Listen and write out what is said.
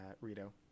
Rito